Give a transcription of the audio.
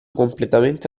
completamente